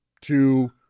to-